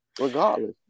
regardless